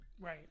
Right